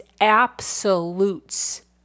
absolutes